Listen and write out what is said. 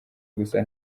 gusa